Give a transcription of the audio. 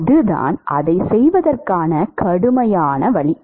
அதுதான் அதைச் செய்வதற்கான கடுமையான வழி